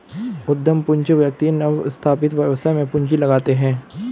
उद्यम पूंजी व्यक्ति नवस्थापित व्यवसाय में पूंजी लगाते हैं